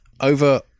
over